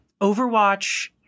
overwatch